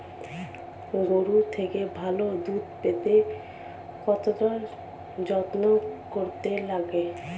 গরুর থেকে ভালো দুধ পেতে কতটা যত্ন করতে লাগে